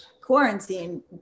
quarantine